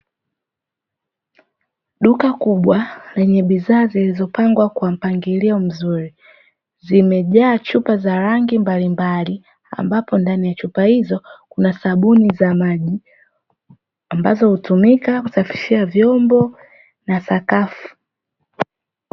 Duka kubwa lenye bidhaa zilizopangwa kwenye mpangilio mzuri zimejaa chupa za rangi mbalimbali, ambapo ndani ya chupa hizo kuna sabuni za maji ambazo hutumika kusafishia vyombo na sakafu.